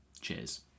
Cheers